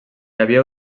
havia